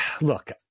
look